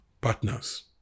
partners